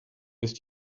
ist